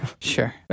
sure